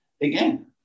again